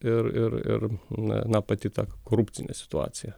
ir ir ir na na pati tą korupcinė situacija